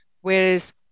Whereas